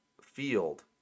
field